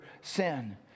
sin